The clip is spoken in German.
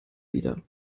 wieder